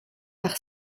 par